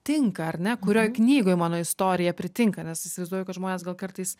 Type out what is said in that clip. tinka ar ne kurioj knygoj mano istorija pritinka nes įsivaizduoju kad žmonės gal kartais